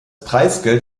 preisgeld